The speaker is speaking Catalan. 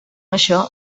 això